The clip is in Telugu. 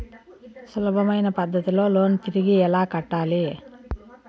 సులభమైన పద్ధతిలో లోను తిరిగి ఎలా కట్టాలి